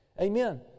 Amen